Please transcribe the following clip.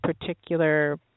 particular